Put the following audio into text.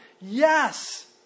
Yes